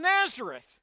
Nazareth